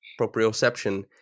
proprioception